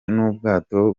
n’ubwato